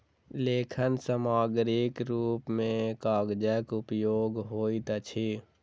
लेखन सामग्रीक रूप मे कागजक उपयोग होइत अछि